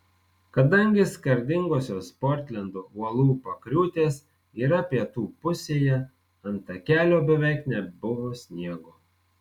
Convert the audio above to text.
kadangi skardingosios portlendo uolų pakriūtės yra pietų pusėje ant takelio beveik nebuvo sniego